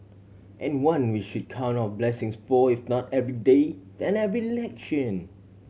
and one we should count our blessings for if not every day than every election